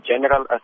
general